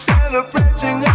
Celebrating